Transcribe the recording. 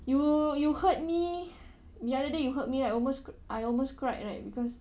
you you heard me the other day you heard me right almost I almost cried right because